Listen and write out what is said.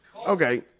Okay